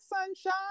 sunshine